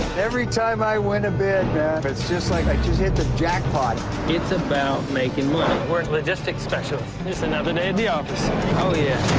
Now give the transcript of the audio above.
every time i win a bed man um it's just like i just hit the jackpot it's about making money we're logistics specialists it's another day at the office oh yeah